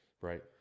right